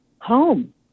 Home